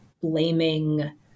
blaming